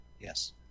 Yes